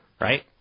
right